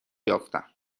یافتم